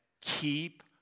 keep